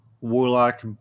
Warlock